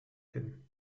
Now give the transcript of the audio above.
hin